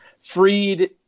freed